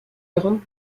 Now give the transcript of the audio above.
grande